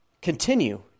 Continue